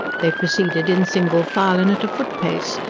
they proceeded in single file and at a footpace,